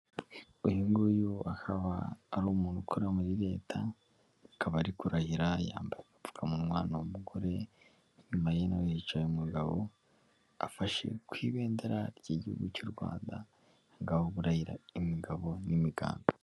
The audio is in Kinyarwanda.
Uyu nguyu akaba ari umuntu ukora muri leta, akaba ari kurahira yambaye agapfukamunwa, ni umugore, inyuma ye naho hicaye umugabo, afashe ku ibendera ry'igihugu cy'u Rwanda, aha ngaha uba urahira imigabo n'imigambi.